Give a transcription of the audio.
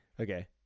Okay